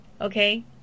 Okay